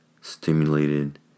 stimulated